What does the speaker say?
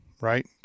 right